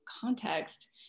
context